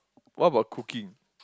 what about cooking